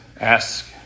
ask